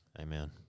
amen